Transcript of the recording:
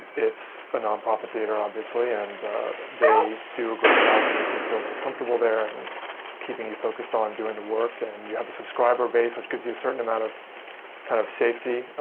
it's an non-profit theatre, obviously, and they do a great job of making you feel very comfortable there and keeping you focused on doing the work. and you have a subscriber base, which gives you a certain amount of kind of safety.